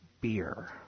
Beer